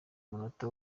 umunota